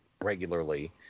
regularly